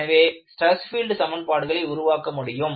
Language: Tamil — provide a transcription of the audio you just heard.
எனவே ஸ்ட்ரெஸ் பீல்ட் சமன்பாடுகளை உருவாக்க முடியும்